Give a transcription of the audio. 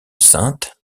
saintes